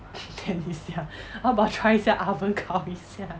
tan 一下 how about try 一下 oven 烤一下